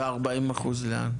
ולאן ה-40% הנותרים?